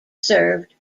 served